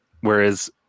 Whereas